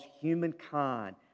humankind